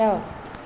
दाउ